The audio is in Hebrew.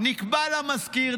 נקבע לה מזכיר,